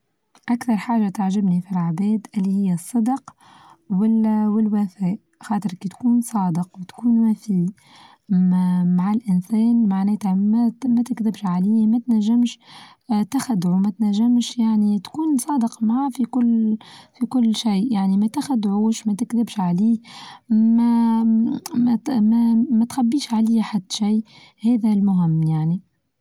أكثر حاچة تعجبني في العادات اللي هي الصدق والوفاء، خاطر كي تكون صادق وتكون وفي ما مع الإنسان معناتها ما-ما تكذبش عليه ما تنجمش اه تاخدعه ما تنجمش يعني تكون صادق معاه في كل في كل شي يعني ما تخدعوش متكذبش عليه ما-ما متخبيش عليه حتى شى هذا المهم يعني.